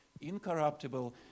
incorruptible